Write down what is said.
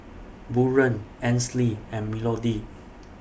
Buren Ansley and Melodee